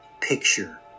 picture